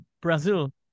Brazil